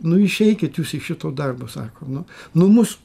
nu išeikit jūs iš šito darbo sako nu nu mus